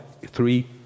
three